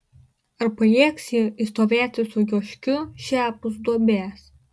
ar pajėgs ji išstovėti su joškiu šiapus duobės